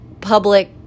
public